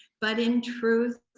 but, in truth,